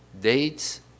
dates